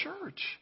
church